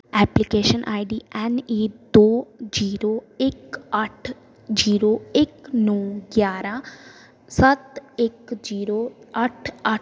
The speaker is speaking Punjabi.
application I D N E ਦੋ ਜੀਰੋ ਇੱਕ ਅੱਠ ਜੀਰੋ ਇੱਕ ਨੌਂ ਗਿਆਰਾਂ ਸੱਤ ਇੱਕ ਜੀਰੋ ਅੱਠ ਅੱਠ